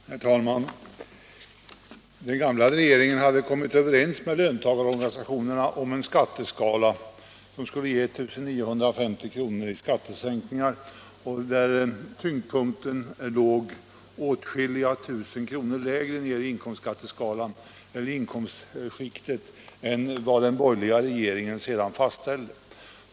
Herr talman! Den gamla regeringen hade kommit överens med löntagarorganisationerna om en skatteskala som skulle ge 1950 kr. i skattesänkningar och där tyngdpunkten låg åtskilliga tusen kronor lägre ner i inkomstskiktet än vad den borgerliga regeringen sedan fastställde.